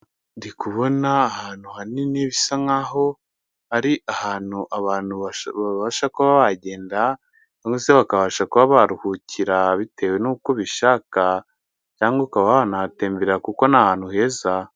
Ndikubona ahantu hanini bisa nkaho ari ahantu abantu babasha kuba bagenda cyangwa se bakabasha kuba baharuhukira bitewe n'uko ubishaka cyangwa ukaba wanahatemberera kuko ni ahantu heza.